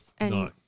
No